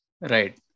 Right